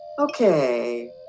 Okay